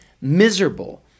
miserable